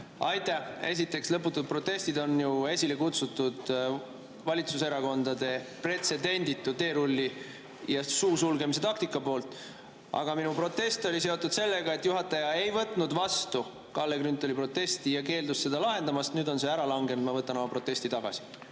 Aitäh! Esiteks, lõputud protestid on ju esile kutsutud valitsuserakondade pretsedenditu teerulli‑ ja suu sulgemise taktika poolt. Aga minu protest oli seotud sellega, et juhataja ei võtnud vastu Kalle Grünthali protesti ja keeldus seda lahendamast. Nüüd on see põhjus ära langenud, ma võtan oma protesti tagasi.